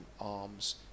arms